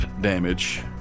damage